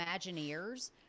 imagineers